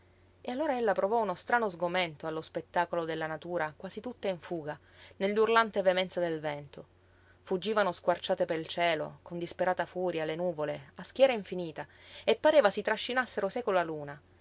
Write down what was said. quella notte l'improvviso spettacolo della natura quasi tutta in fuga nell'urlante veemenza del vento fuggivano squarciate pel cielo con disperata furia le nuvole a schiera infinita e pareva si trascinassero seco la luna